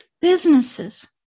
businesses